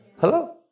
Hello